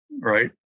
right